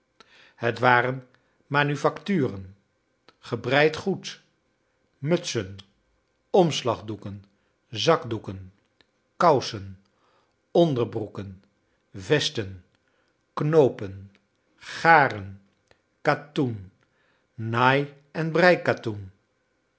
het waren manufacturen gebreid goed mutsen omslagdoeken zakdoeken kousen onderbroeken vesten knoopen garen katoen naai en